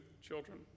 children